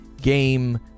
game